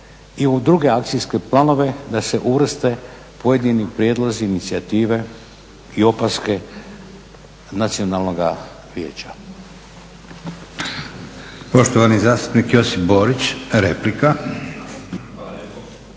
i u druge akcijske planove da se uvrste pojedini prijedlozi i inicijative i opaske nacionalnoga vijeća.